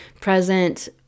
present